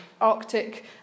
Arctic